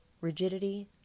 Rigidity